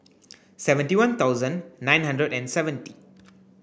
seventy one thousand nine hundred and seventy